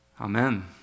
Amen